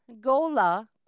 Gola